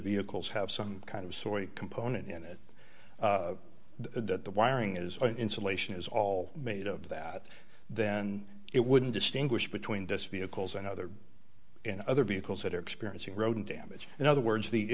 vehicles have some kind of soy component in it that the wiring is insulation is all made of that then it wouldn't distinguish between this vehicles and other and other vehicles that are experiencing rodent damage in other words the